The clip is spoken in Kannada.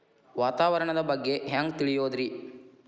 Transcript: ವಾತಾವರಣದ ಬಗ್ಗೆ ಹ್ಯಾಂಗ್ ತಿಳಿಯೋದ್ರಿ?